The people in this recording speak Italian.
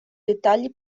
dettagli